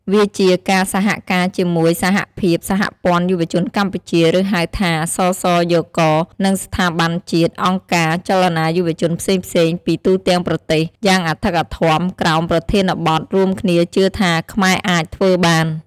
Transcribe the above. វាជាការសហការជាមួយសហភាពសហព័ន្ធយុវជនកម្ពុជា ឬហៅថា សសយក និងស្ថាប័នជាតិ អង្គការ ចលនាយុវជនផ្សេងៗពីទូទាំងប្រទេស យ៉ាងអធិកអធមក្រោមប្រធានបទ «រួមគ្នាជឿថាខ្មែរអាចធ្វើបាន» ។